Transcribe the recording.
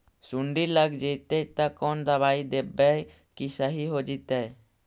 सुंडी लग जितै त कोन दबाइ देबै कि सही हो जितै?